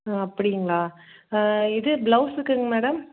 ஆ அப்படிங்களா இது பிளவுஸுக்குங்க மேடம்